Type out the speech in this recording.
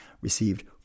received